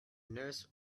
nurse